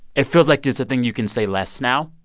it feels like it's a thing you can say less now.